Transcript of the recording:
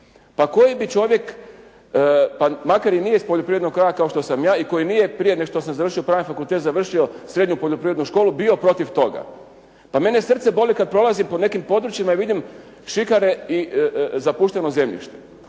Pa koji bi čovjek, makar nije iz poljoprivrednog kraja kao što sam ja i koji nije prije nego što sam završio Pravni fakultet, završio srednju poljoprivrednu školu, bio protiv toga. Pa mene srce boli kada prolazim po nekim područjima, vidim šikare i zapušteno zemljište.